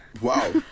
wow